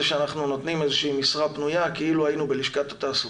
שאנחנו נותנים איזה שהיא משרה פנויה כאילו היינו בלשכת התעסוקה.